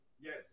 yes